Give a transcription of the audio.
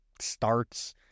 starts